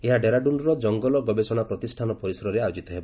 ଏହା ଡେରାଡୁନ୍ର କଙ୍ଗଲ ଗବେଷଣା ପ୍ରତିଷ୍ଠାନ ପରିସରରେ ଆୟୋଜିତ ହେବ